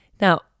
Now